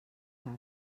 cap